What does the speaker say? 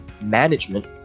management